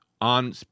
on